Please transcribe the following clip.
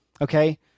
Okay